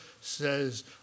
says